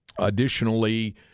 Additionally